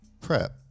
prep